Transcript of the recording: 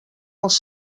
els